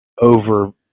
over